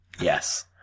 Yes